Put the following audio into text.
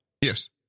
Yes